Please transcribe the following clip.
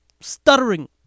stuttering